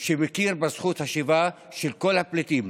שמכיר בזכות השיבה של כל הפליטים.